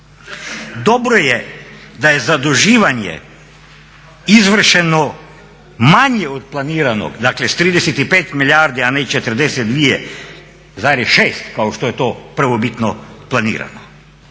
Dobro je da je zaduživanje izvršeno manje od planiranog, dakle s 35 milijardi, a ne 42,6 kao što je to prvobitno planirano.